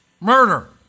murder